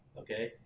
okay